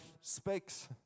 speaks